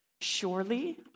surely